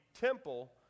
temple